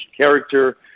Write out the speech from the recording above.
character